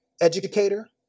educator